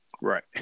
Right